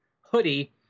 hoodie